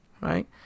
right